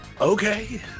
Okay